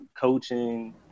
coaching